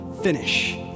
finish